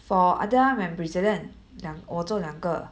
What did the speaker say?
for underarm and brazilian 两我做两个